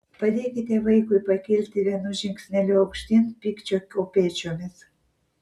padėkite vaikui pakilti vienu žingsneliu aukštyn pykčio kopėčiomis